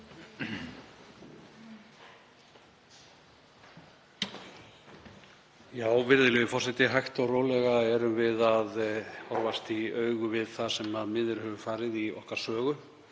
Virðulegur forseti. Hægt og rólega erum við að horfast í augu við það sem miður hefur farið í sögu